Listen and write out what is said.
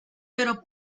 pero